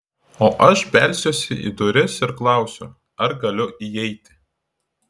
o aš belsiuosi į duris ir klausiu ar galiu įeiti